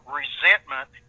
resentment